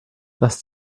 was